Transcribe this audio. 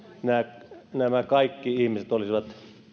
nämä kaikki ihmiset olisivat